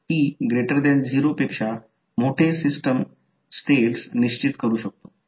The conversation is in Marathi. आता त्याचप्रमाणे जर दुसरा समजा डॉट येथे आहे आणि डॉट येथे आहे हा डॉट तेथे नाही हा डॉट तेथे नाही